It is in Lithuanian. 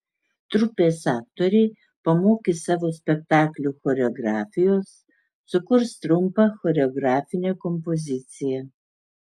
trupės aktoriai pamokys savo spektaklių choreografijos sukurs trumpą choreografinę kompoziciją